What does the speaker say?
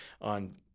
on